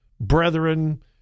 Brethren